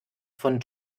von